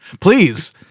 please